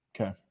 Okay